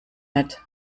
mit